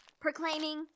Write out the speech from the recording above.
proclaiming